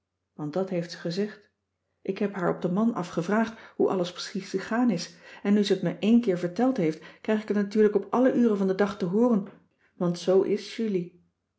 want dat heeft ze gezegd ik heb haar op den man cissy van marxveldt de h b s tijd van joop ter heul af gevraagd hoe alles precies gegaan is en nu ze het me éen keer verteld heeft krijg ik t natuurlijk op alle uren van den dag te hooren want zoo is julie